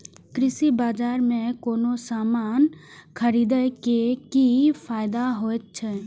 कृषि बाजार में कोनो सामान खरीदे के कि फायदा होयत छै?